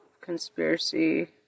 Conspiracy